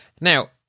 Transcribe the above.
now